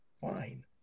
fine